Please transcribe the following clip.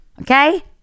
Okay